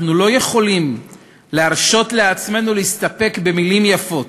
אנחנו לא יכולים להרשות לעצמנו להסתפק במילים יפות,